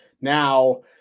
Now